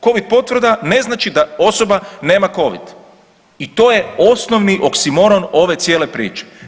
Covid potvrda ne znači da osoba nema covid i to je osnovni oksimoron ove cijele priče.